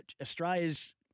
Australia's